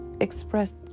expressed